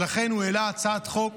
ולכן הוא העלה הצעת חוק